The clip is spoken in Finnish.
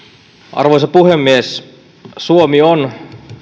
arvoisa puhemies suomi on